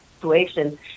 situation